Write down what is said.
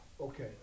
okay